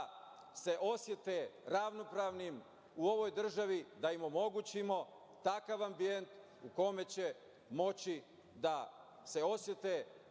se osete ravnopravnim u ovoj državi, da im omogućimo takav ambijent u kome će moći da se osete